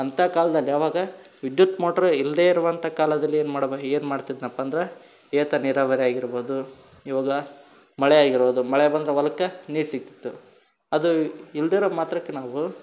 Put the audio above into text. ಅಂತ ಕಾಲದಲ್ಲಿ ಆವಾಗ ವಿದ್ಯುತ್ ಮೋಟ್ರ್ ಇಲ್ಲದೇ ಇರುವಂತ ಕಾಲದಲ್ಲಿ ಏನು ಮಾಡಮ ಏನು ಮಾಡ್ತಿದ್ನಪ್ಪ ಅಂದ್ರೆ ಏತ ನೀರಾವರಿ ಆಗಿರ್ಬೋದು ಇವಾಗ ಮಳೆ ಆಗಿರೋದು ಮಳೆ ಬಂದ್ರೆ ಹೊಲಕ್ಕ ನೀರು ಸಿಗ್ತಿತ್ತು ಅದೂ ಇಲ್ಲದಿರೊ ಮಾತ್ರಕ್ಕೆ ನಾವು